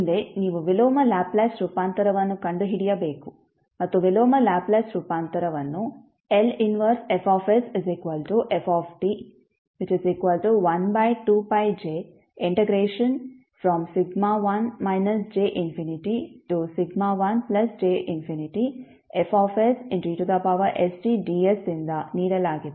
ಮುಂದೆ ನೀವು ವಿಲೋಮ ಲ್ಯಾಪ್ಲೇಸ್ ರೂಪಾಂತರವನ್ನು ಕಂಡುಹಿಡಿಯಬೇಕು ಮತ್ತು ವಿಲೋಮ ಲ್ಯಾಪ್ಲೇಸ್ ರೂಪಾಂತರವನ್ನು L 1Fft12πj1 j∞1j∞Festds ದಿಂದ ನೀಡಲಾಗಿದೆ